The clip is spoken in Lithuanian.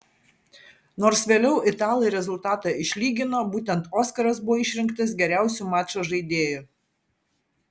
nors vėliau italai rezultatą išlygino būtent oskaras buvo išrinktas geriausiu mačo žaidėju